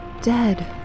dead